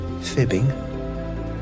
fibbing